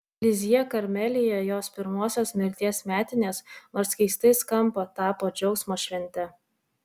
lizjė karmelyje jos pirmosios mirties metinės nors keistai skamba tapo džiaugsmo švente